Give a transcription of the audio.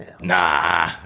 Nah